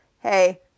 hey